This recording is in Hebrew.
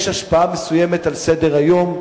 יש השפעה מסוימת על סדר-היום.